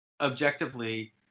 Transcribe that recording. objectively